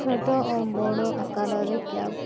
ଛୋଟ ଓ ବଡ଼ ଆକାରରେ କ୍ୟାବ୍